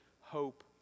hope